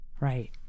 Right